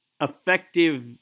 effective